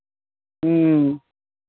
ह्म्म